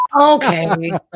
Okay